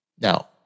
Now